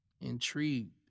intrigued